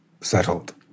settled